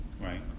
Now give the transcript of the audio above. right